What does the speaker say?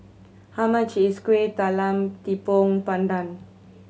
how much is Kueh Talam Tepong Pandan